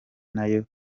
nayo